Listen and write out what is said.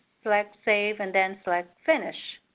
select save and then select finish